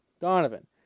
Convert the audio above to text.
Donovan